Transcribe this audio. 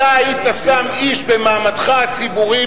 אתה היית שׂם איש במעמדך הציבורי,